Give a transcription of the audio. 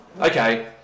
okay